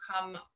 come